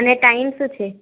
અને ટાઈમ શું છે